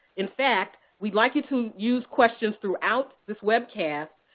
in fact, we'd like you to use questions throughout this webcast.